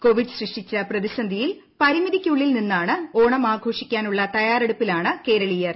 Covid സൃഷ്ടിച്ച പ്രതിസന്ധിയിൽ പരിമിതികൾക്കുള്ളിൽ നിന്ന് ഓണം ആഘോഷിക്കാനുള്ള തയ്യാറെടുപ്പിലാണ് കേരളീയർ